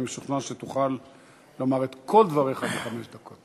אני משוכנע שתוכל לומר את כל דבריך בחמש דקות.